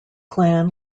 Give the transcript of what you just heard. clan